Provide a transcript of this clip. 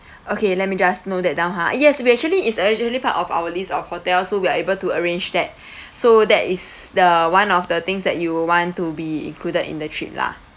okay let me just note that down ah yes we actually it's originally part of our list of hotels so we're able to arrange that so that is the one of the things that you would want to be included in the trip lah